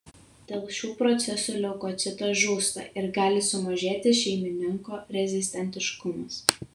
dėl šių procesų leukocitas žūsta ir gali sumažėti šeimininko rezistentiškumas